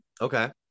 okay